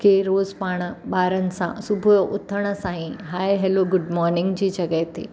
कंहिं रोज़ु पाण ॿारनि सां सुबुह उथण सां ईं हाए हैलो गुड मॉनिंग जी जॻहि ते